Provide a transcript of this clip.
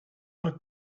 but